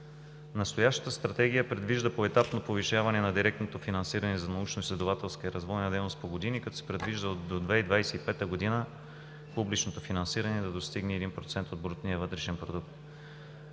Настоящата стратегия предвижда поетапно повишаване на директното финансиране за научноизследователска и развойна дейност по години, като се предвижда до 2025 г. публичното финансиране да достигне 1% от брутния вътрешен продукт.